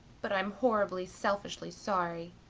but i'm horribly, selfishly sorry.